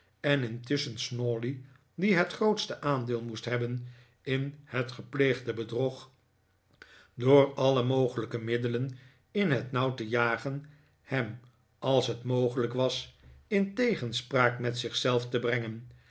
en intusschen snawley die het grootste aandeel moest hebben in het gepleegde bedrog door alle mogelijke middelen in het nauw te jagen hem als het mogelijk was in tegenspraak met zich zelf te brengen